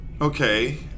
Okay